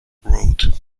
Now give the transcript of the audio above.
road